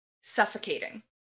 suffocating